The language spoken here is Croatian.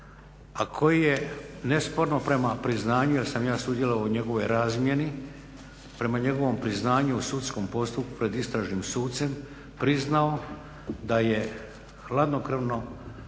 a koji je nesporno prema priznanju, jer sam ja sudjelovao u njegovoj razmjeni, prema njegovom priznanju u sudskom postupku pred istražnim sucem priznao da je hladnokrvno